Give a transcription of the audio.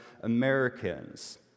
Americans